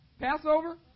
Passover